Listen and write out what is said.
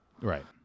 Right